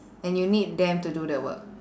and you need them to do the work